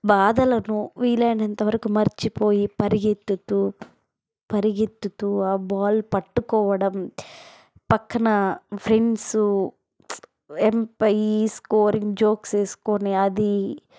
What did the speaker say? బాధలను వీలైనంతవరకు మరిచిపోయి పరిగెత్తుతూ పరిగెత్తుతూ ఆ బాల్ పట్టుకోవడం పక్కన ఫ్రెండ్సు అంపైర్ స్కోరింగ్ జోక్స్ వేసుకొని అది